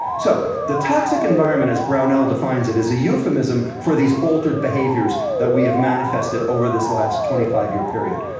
so, the toxic environment as brownell defines it is a euphemism for these altered behaviors that we have manifested over this last twenty five year period.